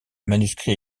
manuscrit